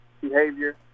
behavior